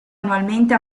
annualmente